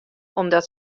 omdat